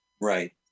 Right